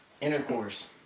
Intercourse